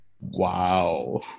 Wow